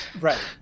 Right